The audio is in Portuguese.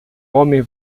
homem